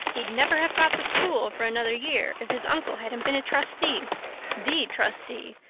he'd never have got the school for another year if his uncle hadn't been a trustee the trustee,